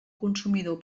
consumidor